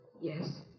Yes